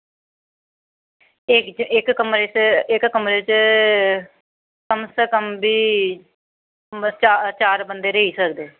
इक्क कमरे च इक्क कमरे च कम से कम बी चार बंदे रेही सकदे